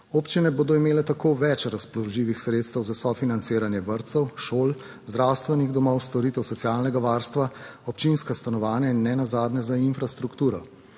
Občine bodo imele tako več razpoložljivih sredstev za sofinanciranje vrtcev, šol, zdravstvenih domov, storitev socialnega varstva, občinska stanovanja in nenazadnje za infrastrukturo.